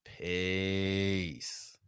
Peace